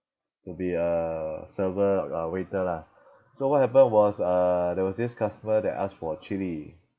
to be a server or waiter lah so what happened was uh there was this customer that asked for chilli